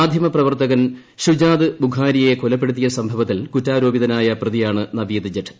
മാധ്യമപ്രവർത്തകൻ ഷുജാത് ബുഖാരിയെ കൊലപ്പെടുത്തിയ സംഭവത്തിൽ കുറ്റാര്രോപിതനായ പ്രതിയാണ് നവീദ് ജട്ട്